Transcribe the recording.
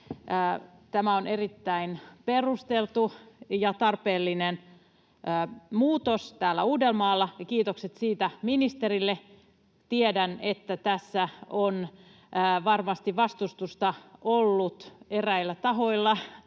Tämä on erittäin perusteltu ja tarpeellinen muutos täällä Uudellamaalla, ja kiitokset siitä ministerille. Tiedän, että tässä on varmasti ollut vastustusta eräillä tahoilla